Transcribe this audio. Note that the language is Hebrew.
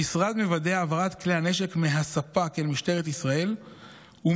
המשרד מוודא את העברת כלי הנשק מהספק אל משטרת ישראל ומשם